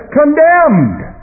condemned